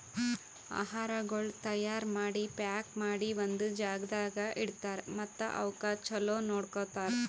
ಆಹಾರಗೊಳ್ ತೈಯಾರ್ ಮಾಡಿ, ಪ್ಯಾಕ್ ಮಾಡಿ ಒಂದ್ ಜಾಗದಾಗ್ ಇಡ್ತಾರ್ ಮತ್ತ ಅವುಕ್ ಚಲೋ ನೋಡ್ಕೋತಾರ್